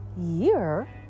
year